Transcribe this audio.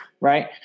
right